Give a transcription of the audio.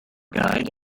guide